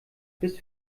bis